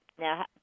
Now